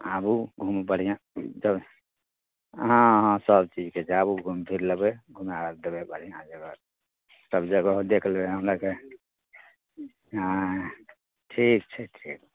आबू घुमु बढ़िआँ जगह हँ हँ सबचीजके छै आबु घुमि फिर लेबै घुमाए देबै बढ़िआँ जगह सब जगहो देखि लेबै हमरा आरके हँ ठीक छै ठीक